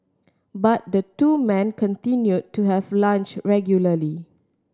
but the two men continued to have lunch regularly